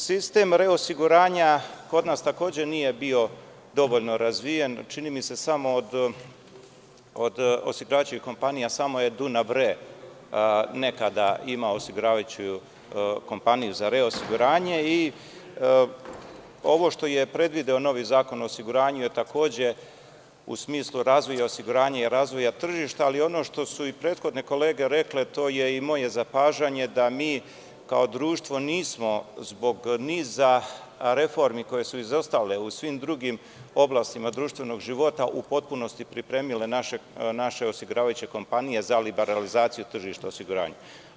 Sistem reosiguranja kod nas takođe nije bio dovoljno razvijen, čini mi se samo od osiguravajućih kompanija samo je „Dunav RE“ nekada imao osiguravajuću kompaniju za reosiguranje i ovo što je predvideo novi Zakon o osiguranju je takođe u smislu razvoja osiguranja, razvoja tržišta, ali ono što su i prethodne kolege rekle, to je i moje zapažanje da mi kao društvo nismo zbog niza reformi koje su izostale u svim drugim oblastima društvenog života u potpunosti pripremile naše osiguravajuće kompanije za liberalizaciju tržišta osiguranja.